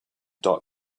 dot